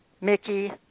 Mickey